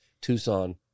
Tucson